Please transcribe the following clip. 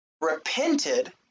repented